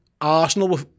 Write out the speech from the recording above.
Arsenal